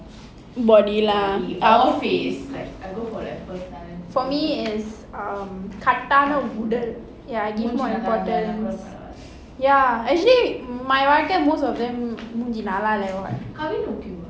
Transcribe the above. body lah for me it's um கட்டான உடல்:kattaana udal ya I give more importance ya actually my boyfriend most of them மூஞ்சி நல்ல இல்ல:moonji nalla illa [what]